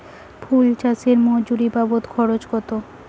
ফুল চাষে মজুরি বাবদ খরচ কত?